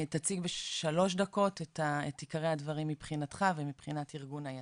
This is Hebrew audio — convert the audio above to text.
אז בוא תציג בשלוש דקות את עיקרי הדברים מבחינתך ומבחינת ארגון היציע.